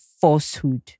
falsehood